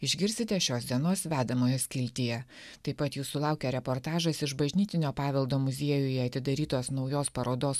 išgirsite šios dienos vedamojo skiltyje taip pat jūsų laukia reportažas iš bažnytinio paveldo muziejuje atidarytos naujos parodos